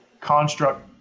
construct